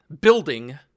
building